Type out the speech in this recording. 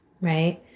right